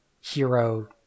hero